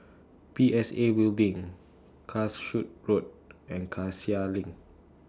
P S A Building Calshot Road and Cassia LINK